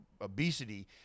obesity